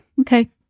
Okay